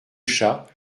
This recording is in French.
chat